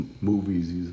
movies